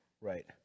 right